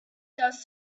dust